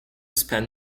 spend